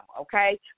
okay